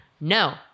No